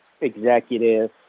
executive